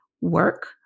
Work